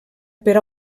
per